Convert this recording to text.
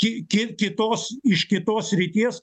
ki ki kitos iš kitos srities